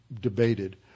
debated